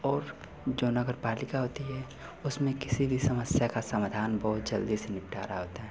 और जो नगर पालिका होती है उसमें किसी भी समस्या का समाधान बहुत जल्दी से निपटारा होता है